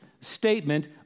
statement